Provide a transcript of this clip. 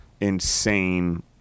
insane